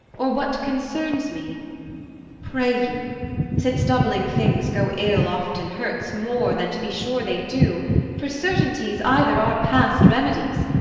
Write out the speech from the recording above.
or what concerns me pray you since doubting things go ill often hurts more than to be sure they do for certainties either are past remedies,